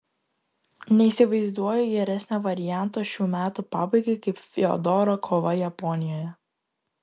neįsivaizduoju geresnio varianto šių metų pabaigai kaip fiodoro kova japonijoje